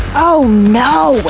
oh no.